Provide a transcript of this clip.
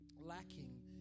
lacking